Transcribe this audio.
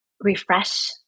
refresh